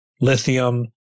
Lithium